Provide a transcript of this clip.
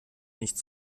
nicht